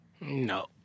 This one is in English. No